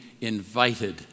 invited